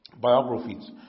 biographies